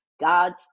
God's